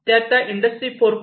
ते आता इंडस्ट्री 4